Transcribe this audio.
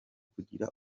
kugira